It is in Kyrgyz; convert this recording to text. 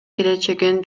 келечегин